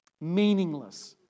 meaningless